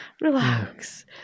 relax